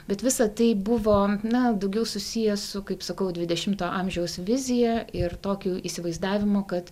bet visa tai buvo na daugiau susiję su kaip sakau dvidešimto amžiaus vizija ir tokiu įsivaizdavimu kad